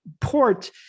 port